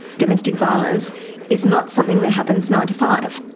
domestic violence is not something that happens nine to five.